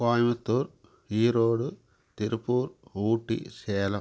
Coimbatore Erode Tiruppur Ooty Salem